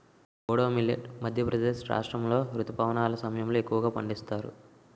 kodo millet Madhya Pradesh రాష్ట్రాములో రుతుపవనాల సమయంలో ఎక్కువగా పండిస్తారు